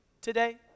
today